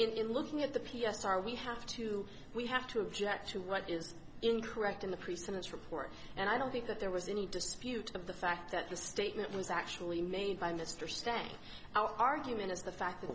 in looking at the p s r we have to we have to object to what is incorrect in the pre sentence report and i don't think that there was any dispute of the fact that the statement was actually made by mr staying out argument as the fact that